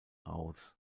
aus